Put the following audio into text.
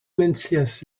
mencias